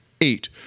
eight